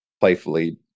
playfully